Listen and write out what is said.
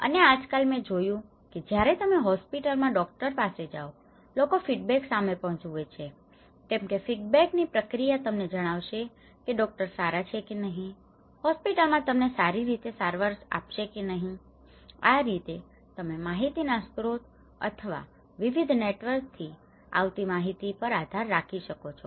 અને આજકાલ મેં જોયું છે કે જયારે તમે હોસ્પિટલ માં ડોક્ટર પાસે જાવ છો લોકો ફીડબેક સામે પણ જુએ છે કેમકે ફીડબેક ની પ્રક્રિયા તમને જણાવશે કે તે ડોક્ટર સારા છે કે નહિ હોસ્પિટલ માં તમને સારી રીતે સારવાર કરશે કે નહિ આ રીતે તમે માહિતી ના સ્ત્રોત અથવા તો વિવિધ નેટવર્ક થી આવતી માહિતી પાર આધાર રાખીએ છીએ